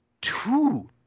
two